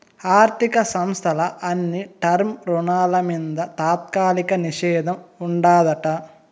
ఆర్థిక సంస్థల అన్ని టర్మ్ రుణాల మింద తాత్కాలిక నిషేధం ఉండాదట